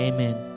Amen